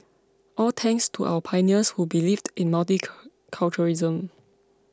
all thanks to our pioneers who believed in multiculturalism